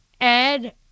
Ed